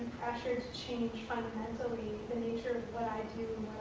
pressured to change fundamentally the nature of what i do